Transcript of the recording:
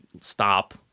stop